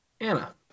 Anna